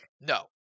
no